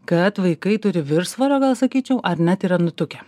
kad vaikai turi viršsvorio gal sakyčiau ar net yra nutukę